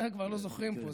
די, כבר לא זוכרים פה.